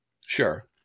Sure